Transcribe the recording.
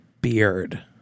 beard